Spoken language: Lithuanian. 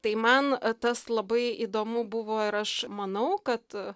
tai man tas labai įdomu buvo ir aš manau kad